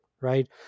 Right